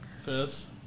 First